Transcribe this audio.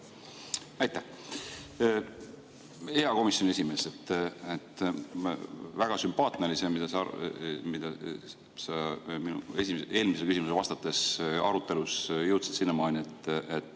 Aitäh! Hea komisjoni esimees! Väga sümpaatne oli see, kuidas sa mu eelmisele küsimusele vastates arutelus jõudsid sinnamaani, et